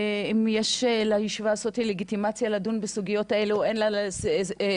האם יש לוועדה הזאת לגיטימציה לדון בסוגיות האלה או אין לה לגיטימציה,